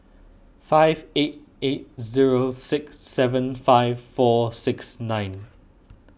five eight eight zero six seven five four six nine